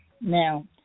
Now